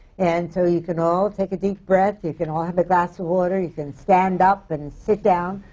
and so, you can all take a deep breath, you can all have a glass of water. you can stand up and sit down,